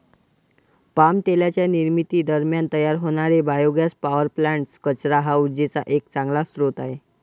palm तेलाच्या निर्मिती दरम्यान तयार होणारे बायोगॅस पॉवर प्लांट्स, कचरा हा उर्जेचा एक चांगला स्रोत आहे